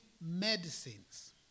medicines